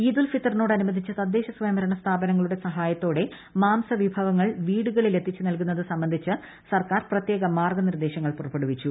ഈദ് ഉൽ ഫിത്തറിനോടനുബന്ധിച്ച് തദ്ദേശ സ്വയംഭരണ സ്ഥാപനങ്ങളുടെ സഹായത്തോടെ മാംസ വിഭവങ്ങൾ വീടുകളിൽ എത്തിച്ച് നൽകുന്നത് സംബന്ധിച്ച് സർക്കാർ പ്രത്യേക മാർഗനിർദേശങ്ങൾ പുറപ്പെടുവിച്ചു